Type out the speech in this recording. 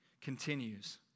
continues